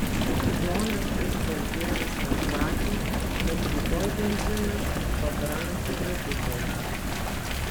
jonas iš balbieriškio sakė kad rytoj benzinas pabrangs dvigubai